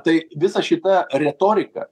tai visa šita retorika